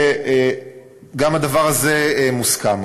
וגם הדבר הזה מוסכם,